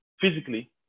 physically